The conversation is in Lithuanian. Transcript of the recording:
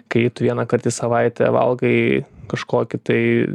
kai tu vienąkart į savaitę valgai kažkokį tai